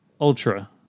Ultra